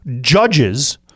judges